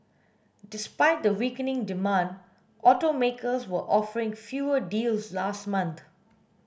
despite the weakening demand automakers were offering fewer deals last month